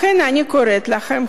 לכן אני קוראת לכם,